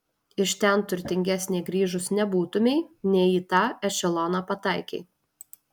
iš ten turtingesnė grįžus nebūtumei ne į tą ešeloną pataikei